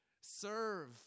Serve